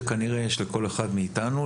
שכנראה יש לכל אחד מאיתנו,